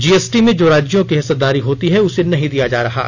GST में जो राज्यों की हिस्सेदारी होती है उसे नहीं दिया जा रहा है